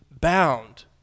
bound